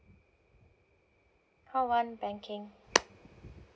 call one banking